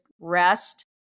rest